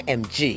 mg